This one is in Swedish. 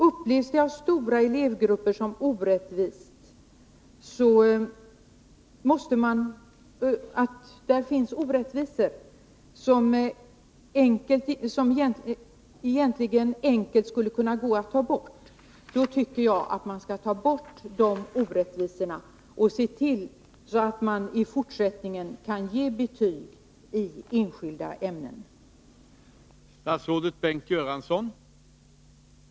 Upplevs det av stora elevgrupper att det finns orättvisor som egentligen enkelt skulle kunna tas bort, då tycker jag att vi skall ta bort de orättvisorna och som i det här fallet se till att betyg i enskilda ämnen i fortsättningen kan ges.